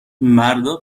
مردا